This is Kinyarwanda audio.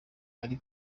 ari